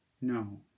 no